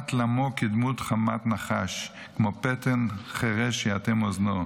חֲמַת לָמוֹ כדמות חֲמַת נחש כמו פתן חרש יאטֵם אזנו.